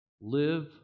live